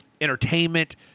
entertainment